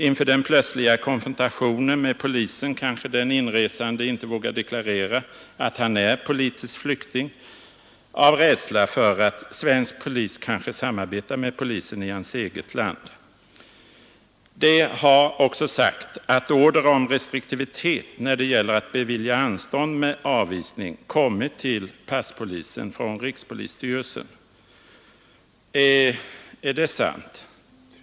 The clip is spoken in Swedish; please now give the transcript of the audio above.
Inför den plötsliga konfrontationen med polisen kanske den inresande inte vågar deklarera att han är politisk flykting av rädsla för att svensk polis kanske samarbetar med polisen i hans eget land. Det har också sagts att order om restriktivitet när det gäller att bevilja anstånd med avvisning kommit till passpolisen från rikspolisstyrelsen. Är det sant?